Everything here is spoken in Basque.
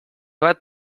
bat